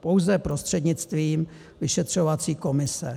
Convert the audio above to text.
pouze prostřednictvím vyšetřovací komise.